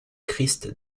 christ